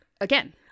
again